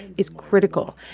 is critical.